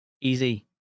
easy